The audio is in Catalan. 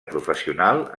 professional